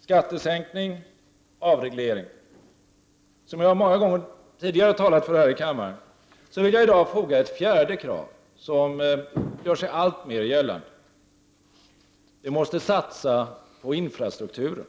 skattesänkning, avreglering — som jag många gånger tidigare talat för här i kammaren, vill jag i dag foga ett fjärde krav som gör sig alltmer gällande. Vi måste satsa på infrastrukturen.